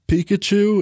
Pikachu